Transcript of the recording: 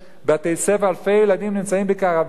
אלפי ילדים נמצאים בקרוונים,